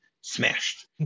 smashed